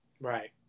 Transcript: Right